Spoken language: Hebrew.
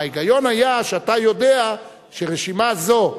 ההיגיון היה שאתה יודע שרשימה זו,